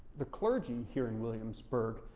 the clergy here in williamsburg,